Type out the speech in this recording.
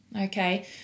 okay